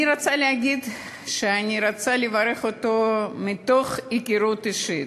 אני רוצה להגיד שאני רוצה לברך אותו מתוך היכרות אישית,